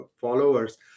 followers